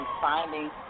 finding